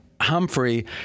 Humphrey